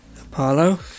Apollo